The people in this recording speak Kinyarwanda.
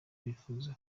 bifuza